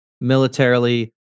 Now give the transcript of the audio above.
militarily